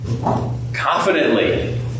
Confidently